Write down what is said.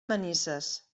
manises